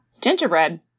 Gingerbread